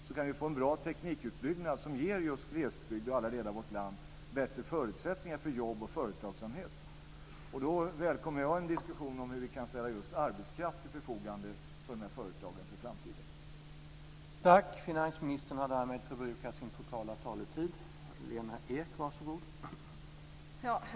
Då kan vi få en bra teknikutbyggnad, som ger glesbygd och andra delar av vårt land bättre förutsättningar för jobb och företagsamhet. Jag välkomnar en diskussion om hur vi kan ställa arbetskraft till förfogande för de här företagen för framtiden.